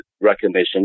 recognition